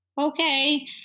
okay